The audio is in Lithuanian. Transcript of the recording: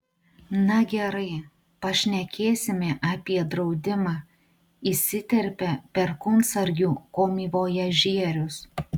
na gerai pašnekėsime apie draudimą įsiterpė perkūnsargių komivojažierius